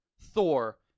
Thor